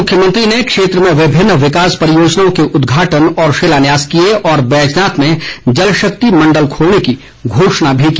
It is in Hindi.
मुख्यमंत्री ने क्षेत्र में विभिन्न विकास परियोजनाओं के उदघाटन व शिलान्यास किए और बैजनाथ में जलशक्ति मण्डल खोलने की घोषणा भी की